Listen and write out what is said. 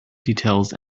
details